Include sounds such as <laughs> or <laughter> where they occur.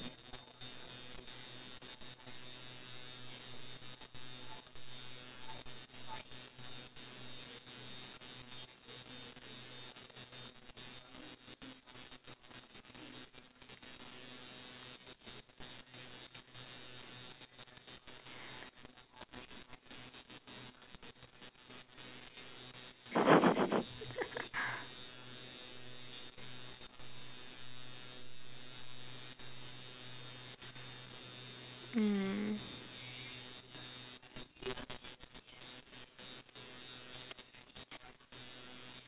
<laughs> mm